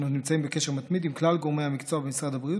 אנו נמצאים בקשר מתמיד עם כלל גורמי המקצוע במשרד הבריאות